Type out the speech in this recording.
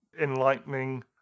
enlightening